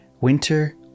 winter